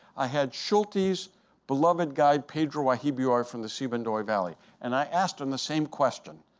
i had schultes' beloved guide, pedro juajibioy from the sibundoy valley, and i asked him the same question.